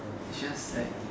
just like